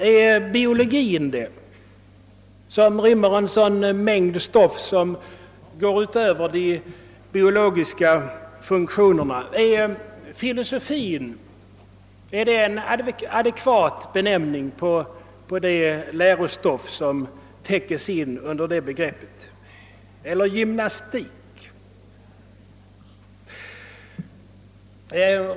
är »biologi» det, ett ämne som inrymmer en mängd stoff som går utöver de biologiska funktionerna? Är »filosofi» en adekvat benämning på det lärostoff som täckes in under det begreppet? Eller är »gymnastik» en adekvat ämnesbeteckning?